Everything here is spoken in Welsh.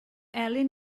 elin